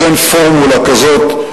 אז אין פורמולה כזאת,